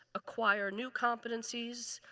acquire new competencies,